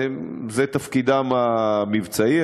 זה תפקידם המבצעי,